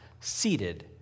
seated